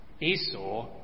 Esau